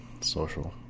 social